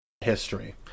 ...history